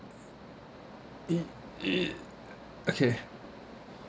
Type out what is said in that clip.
it it okay